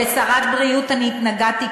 כשרת הבריאות אני התנגדתי,